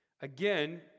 Again